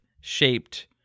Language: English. shaped